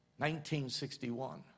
1961